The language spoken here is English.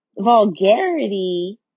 Vulgarity